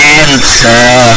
answer